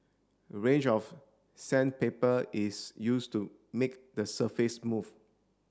a range of sandpaper is used to make the surface smooth